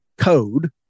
code